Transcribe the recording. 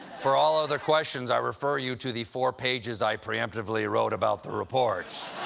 for all other questions, i refer you to the four pages i preemptively wrote about the report.